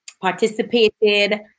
participated